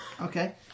Okay